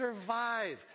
survive